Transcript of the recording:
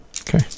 okay